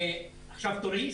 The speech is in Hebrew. עכשיו, תורי?